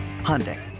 Hyundai